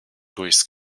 durchs